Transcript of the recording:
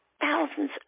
thousands